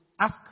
ask